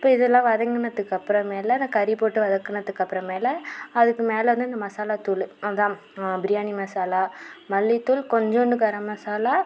இப்போ இதலாம் வதங்குனதுக்கப்புறமேல அந்த கறி போட்டு வதக்குனதுக்கப்புறமேல அதுக்கு மேல வந்து அந்த மசாலா தூளு அதுதான் பிரியாணி மசாலா மல்லி தூள் கொஞ்சூண்டு கரம் மசாலா